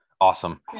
Awesome